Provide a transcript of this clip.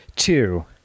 Two